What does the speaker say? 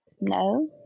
No